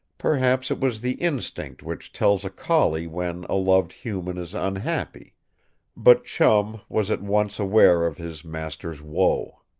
perhaps it was the instinct which tells a collie when a loved human is unhappy but chum was at once aware of his master's woe.